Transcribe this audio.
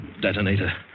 detonator